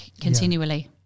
continually